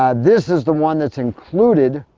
this is the one that's included,